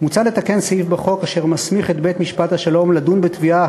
מוצע לתקן סעיף בחוק אשר מסמיך את בית-משפט השלום לדון בתביעה